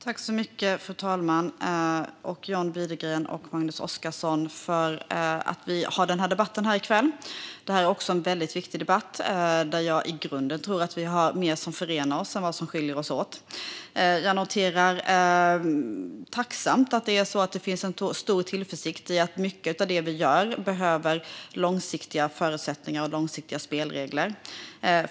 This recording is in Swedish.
Fru talman! Tack, John Widegren och Magnus Oscarsson, för att vi har den här debatten i kväll! Det är en väldigt viktig debatt där jag tror att vi i grunden har mer som förenar oss än som skiljer oss åt. Jag noterar tacksamt att det finns en stor tillförsikt i att mycket av det vi gör behöver långsiktiga förutsättningar och spelregler.